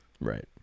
Right